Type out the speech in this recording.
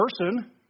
person